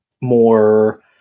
more